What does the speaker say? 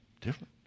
different